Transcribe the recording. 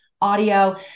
audio